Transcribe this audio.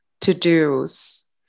to-dos